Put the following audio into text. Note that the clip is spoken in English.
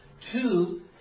Two